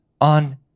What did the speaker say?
on